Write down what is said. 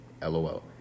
LOL